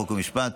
חוק ומשפט,